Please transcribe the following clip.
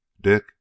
Dick